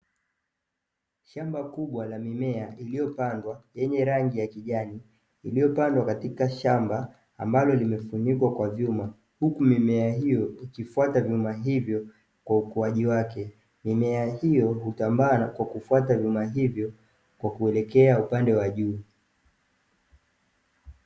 Shamba kubwa la mimea iliyopandwa, lenye rangi ya kijani, iliyopandwa katika shamba ambalo limefunikwa kwa vyuma, huku mimea hiyo ikifuata vyuma hivyo kwa ukuaji wake. Mimea hiyo hutambaa kwa kufuata vyuma hivyo, kwa kuelekea upande wa juu.